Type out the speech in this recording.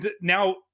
now